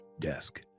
desk